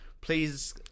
Please